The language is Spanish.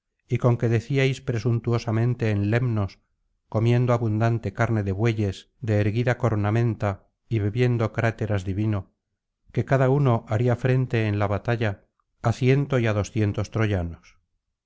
y con que decíais presuntuosamente en lemnos comiendo abundante carne de bueyes de erguida cornamenta y bebiendo cráteras de vino que cada uno haría frente en la batalla á ciento y á doscientos troyanos